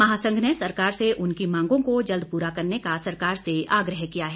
महासंघ ने सरकार से उनकी मांगों को जल्द पूरा करने का सरकार से आग्रह किया है